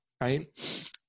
Right